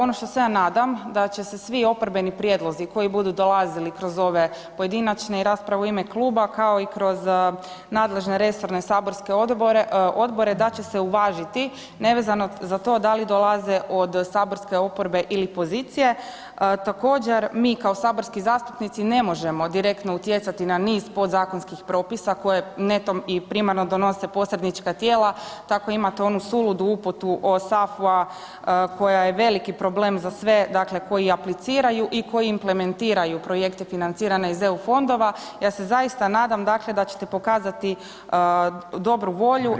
Ono što se ja nadam, da će se svi oporbeni prijedlozi koji budu dolazi kroz ove pojedinačne rasprave i rasprave u ime kluba kao i kroz nadležne resorne saborske odbore, da će se uvažiti nevezano za to da li dolaze od saborske oporbe ili pozicije, također mi kao saborski zastupnici ne možemo direktno utjecati na niz podzakonskih propisa koje netom i primarno donose posrednička tijela, tako imate suludu uputu od SAFU-a koja je veliki problem za sve, dakle koji apliciraju i koji implementiraju projekte financirane iz EU fondova, ja se zaista nadam dakle da ćete pokazat dobru volju